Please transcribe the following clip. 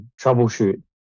troubleshoot